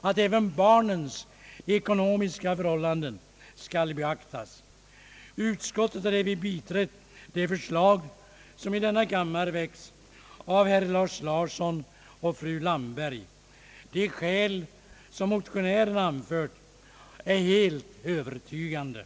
att även barnens ekonomiska förhållanden skall beaktas. Utskottet har biträtt det förslag som i denna kammare väckts av herr Lars Larsson och fru Landberg. De skäl som motionärerna har anfört är helt övertygande.